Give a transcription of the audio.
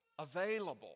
Available